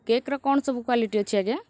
କେକ୍ର କ'ଣ ସବୁ କ୍ୱାଲିଟି ଅଛି ଆଜ୍ଞା